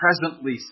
presently